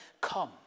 come